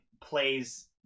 plays